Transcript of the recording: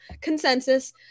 consensus